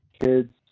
kids